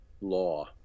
law